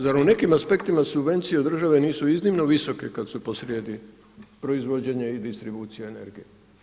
Zar u nekim aspektima subvencije od države nisu iznimno visoke kada su po srijedi proizvođenje i distribucija energije?